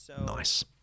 Nice